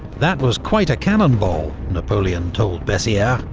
that was quite a cannonball, napoleon told bessieres,